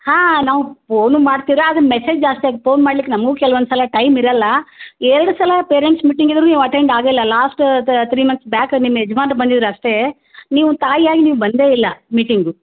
ಹಾಂ ನಾವು ಪೋನು ಮಾಡ್ತಿರ ಅದು ಮೆಸೇಜ್ ಜಾಸ್ತ್ಯಾಗಿ ಪೋನ್ ಮಾಡ್ಲಿಕೆ ನಮಗು ಕೆಲ್ವೊಂದು ಸಲ ಟೈಮ್ ಇರಲ್ಲ ಎರಡು ಸಲ ಪೇರೆಂಟ್ಸ್ ಮೀಟಿಂಗ್ ಇದ್ದರು ನೀವು ಅಟೆಂಡ್ ಆಗಿಲ್ಲ ಲಾಸ್ಟ್ ತ್ರಿ ಮಂತ್ಸ್ ಬ್ಯಾಕ್ ನಿಮ್ಮ ಯಜ್ಮಾನ್ರು ಬಂದಿದ್ರೆ ಅಷ್ಟೇ ನೀವು ತಾಯಿಯಾಗಿ ನೀವು ಬಂದೆ ಇಲ್ಲ ಮೀಟಿಂಗು